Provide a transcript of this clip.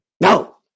No